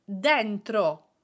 dentro